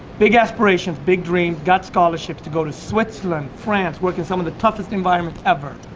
big aspirations, big dreams, got scholarships to go to switzerland, france work in some of the toughest environments ever.